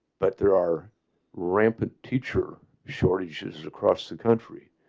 but there are rampant teacher shortages across the country,